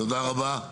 תודה רבה,